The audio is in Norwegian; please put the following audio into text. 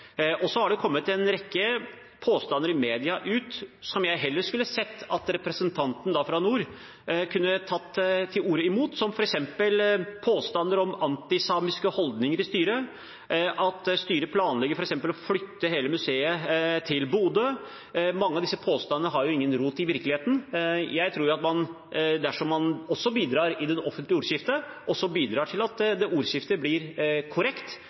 Det er kommet en rekke påstander i media som jeg heller skulle sett at representanten fra nord kunne tatt til orde mot, som f.eks. påstander om antisamiske holdninger i styret og at styret planlegger å flytte hele museet til Bodø. Mange av disse påstandene har jo ingen rot i virkeligheten. Jeg tror at dersom man bidrar i det offentlige ordskiftet, kan man også bidra til at det ordskiftet blir korrekt